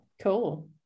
Cool